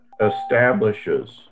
establishes